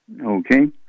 Okay